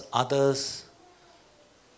others